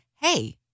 hey